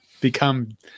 become